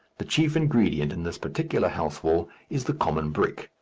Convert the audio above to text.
the chief ingredient in this particular house-wall is the common brick,